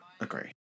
agree